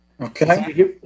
Okay